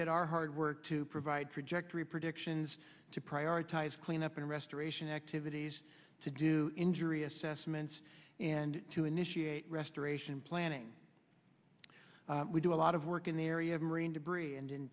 did our hard work to provide trajectory predictions to prioritize cleanup and restoration activities to do injury assessments and to initiate restoration planning we do a lot of work in the area of marine debris and in